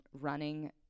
running